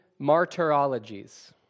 martyrologies